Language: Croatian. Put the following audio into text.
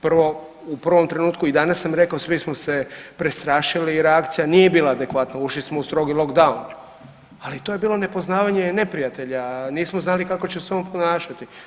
Prvo u prvom trenutku i danas sam rekao svi smo se prestrašili jer reakcija nije bila adekvatna, ušli smo u strogi lockdown, ali to je bilo nepoznavanje neprijatelja, nismo znali kako će se on ponašati.